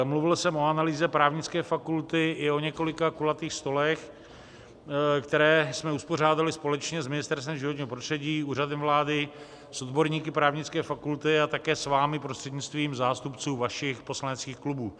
Mluvil jsem o analýze právnické fakulty i o několika kulatých stolech, které jsme uspořádali společně s Ministerstvem životního prostředí, Úřadem vlády, s odborníky právnické fakulty a také s vámi prostřednictvím zástupců vašich poslaneckých klubů.